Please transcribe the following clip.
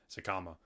Sakama